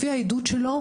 לפי העדות שלו,